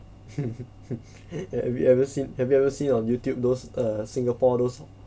have we ever seen have you ever seen on YouTube those err singapore those